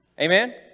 Amen